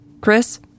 Chris